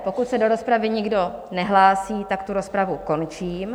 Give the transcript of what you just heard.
Pokud se do rozpravy nikdo nehlásí, tak rozpravu končím.